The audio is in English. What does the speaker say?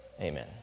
Amen